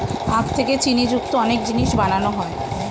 আখ থেকে চিনি যুক্ত অনেক জিনিস বানানো হয়